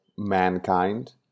mankind